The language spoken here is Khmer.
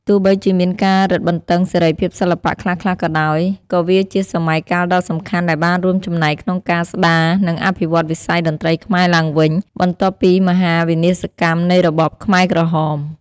ទោះបីជាមានការរឹតបន្តឹងសេរីភាពសិល្បៈខ្លះៗក៏ដោយ ក៏វាជាសម័យកាលដ៏សំខាន់ដែលបានរួមចំណែកក្នុងការស្ដារ និងអភិវឌ្ឍវិស័យតន្ត្រីខ្មែរឡើងវិញ បន្ទាប់ពីមហាវិនាសកម្មនៃរបបខ្មែរក្រហម។